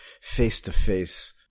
face-to-face